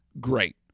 great